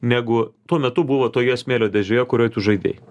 negu tuo metu buvo toje smėlio dėžėje kurioj tu žaidei